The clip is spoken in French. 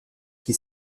qui